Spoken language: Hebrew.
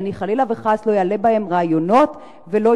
שאני חלילה וחס לא אעלה בהם רעיונות ולא